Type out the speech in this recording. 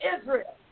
Israel